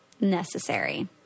necessary